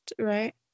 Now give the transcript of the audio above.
right